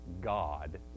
God